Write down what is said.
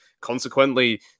consequently